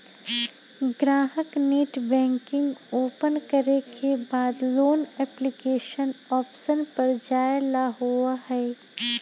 ग्राहक net banking open करे के बाद लोन एप्लीकेशन ऑप्शन पर जाय ला होबा हई